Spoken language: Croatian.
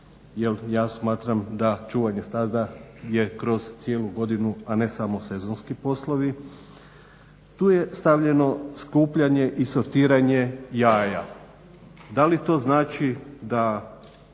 ja smatram da čuvanje stada je kroz cijelu godinu a ne samo sezonski poslovi. Tu je stavljeno skupljanje i sortiranje jaja. Da li to znači da